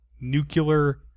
nuclear